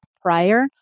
prior